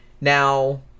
Now